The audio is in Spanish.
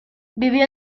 vivió